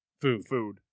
food